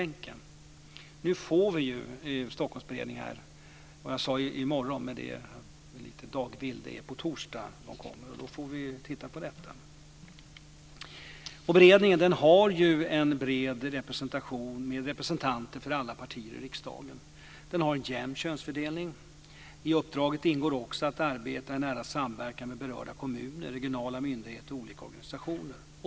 Nu får vi Stockholmsberedningen. I morgon, sade jag, men det är på torsdag den kommer - jag är lite dagvill. Då får vi titta på det här. Beredningen har en bred representation med representanter för alla partier i riksdagen. Den har en jämn könsfördelning. I uppdraget ingår också att arbeta i nära samverkan med berörda kommuner, regionala myndigheter och olika organisationer.